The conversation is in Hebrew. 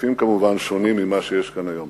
בהיקפים שונים, כמובן, ממה שיש כאן היום.